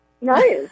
Nice